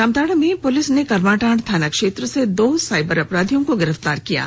Jamtara police ने करमाटांड़ थाना क्षेत्र से दो साइबर अपराधियों को गिरफ्तार किया है